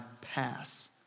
pass